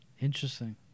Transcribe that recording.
Interesting